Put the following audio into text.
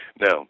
Now